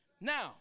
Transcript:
Now